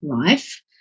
life